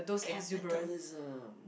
capitalism